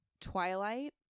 Twilight